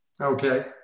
okay